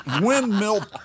windmill